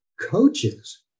coaches